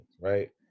right